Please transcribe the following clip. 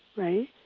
right?